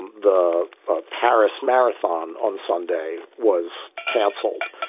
and the ah paris marathon on sunday was canceled.